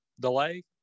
delay